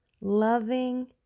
loving